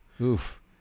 Oof